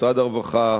משרד הרווחה,